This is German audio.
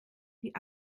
die